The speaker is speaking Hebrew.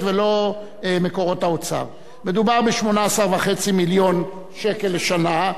ולא מקורות האוצר: מדובר ב-18.5 מיליון שקל לשנה,